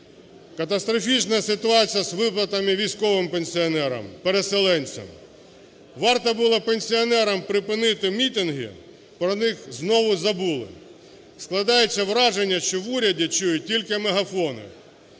Катастрофічна ситуація з виплатами військовим пенсіонерам, переселенцям. Варто було пенсіонерам припинити мітинги, про них знову забули. Складається враження, що в уряді чують тільки мегафони.